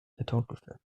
photographer